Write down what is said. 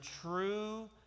true